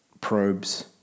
probes